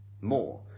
more